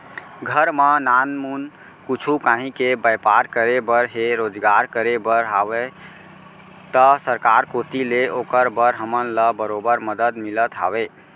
घर म नानमुन कुछु काहीं के बैपार करे बर हे रोजगार करे बर हावय त सरकार कोती ले ओकर बर हमन ल बरोबर मदद मिलत हवय